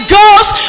Ghost